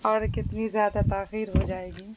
اور کتنی زیادہ تاخیر ہو جائے گی